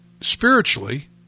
spiritually